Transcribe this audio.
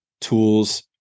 tools